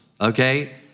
okay